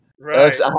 Right